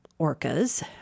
orcas